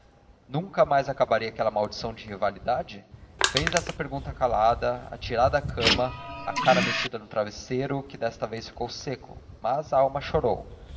nunca mais acabaria aquela maldição de rivalidade fez esta pergunta calada atirada à cama a cara metida no travesseiro que desta vez ficou seco mas a alma chorou